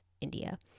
India